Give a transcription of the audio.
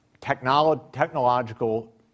technological